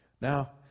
Now